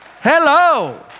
Hello